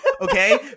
okay